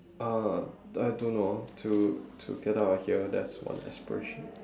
uh I don't know to to get out of here that's one aspiration